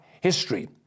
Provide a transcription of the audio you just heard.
history